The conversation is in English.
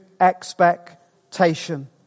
expectation